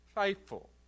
faithful